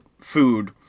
food